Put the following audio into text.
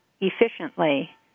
efficiently